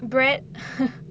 bread